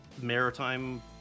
maritime